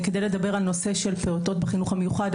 כדי לדבר על הנושא של פעוטות בחינוך המיוחד,